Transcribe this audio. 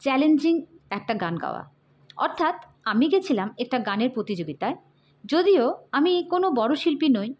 challenging একটা গান গাওয়া অর্থাৎ আমি গিয়েছিলাম একটা গানের প্রতিযোগিতায় যদিও আমি কোনো বড় শিল্পী নই